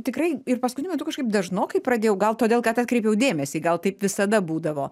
tikrai ir paskutiniu metu kažkaip dažnokai pradėjau gal todėl kad atkreipiau dėmesį gal taip visada būdavo